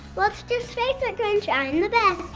let's just face it grinch. i'm the best.